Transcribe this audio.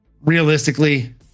Realistically